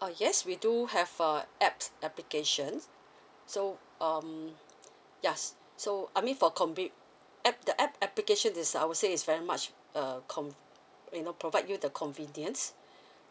oh yes we do have a apps application so um ya so I mean for compete app the app application is I would say it's very much uh con~ you know provide you the convenience